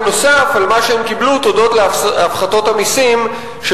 בנוסף על מה שהם קיבלו תודות להפחתות המסים של